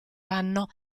anno